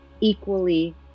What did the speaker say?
equally